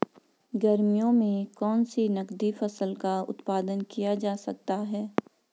गर्मियों में कौन सी नगदी फसल का उत्पादन किया जा सकता है?